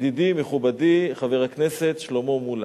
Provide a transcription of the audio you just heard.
ידידי מכובדי חבר הכנסת שלמה מולה.